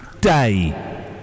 day